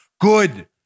good